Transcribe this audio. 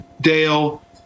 Dale